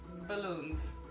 balloons